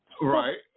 Right